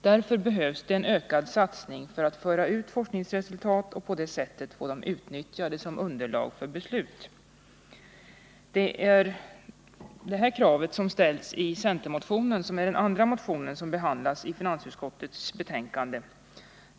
Därför behövs det en ökad satsning för att föra ut forskningsresultat och på det sättet få dem utnyttjade som underlag för beslut. Det är detta krav som ställs i centermotionen, dvs. den andra av de motioner som behandlas i finansutskottets betänkande.